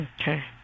Okay